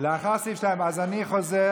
לאחר סעיף 2. לאחר סעיף 2. אז אני חוזר.